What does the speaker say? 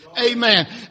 Amen